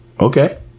okay